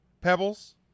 pebbles